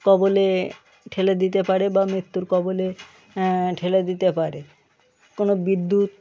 কবলে ঠেলে দিতে পারে বা মৃত্যুর কবলে ঠেলে দিতে পারে কোনও বিদ্যুৎ